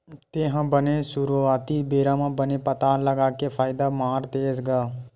तेहा बने सुरुवाती बेरा म बने पताल लगा के फायदा मार देस गा?